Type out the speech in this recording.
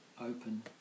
open